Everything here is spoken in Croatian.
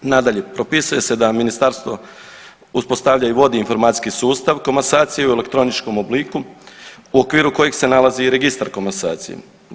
Nadalje, propisuje se da ministarstvo uspostavlja i vodi informacijski sustav komasacije i u elektroničkom obliku u okviru kojeg se nalazi i registar komasacije.